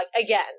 again